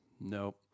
Nope